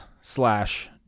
slash